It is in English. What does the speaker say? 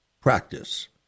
Practice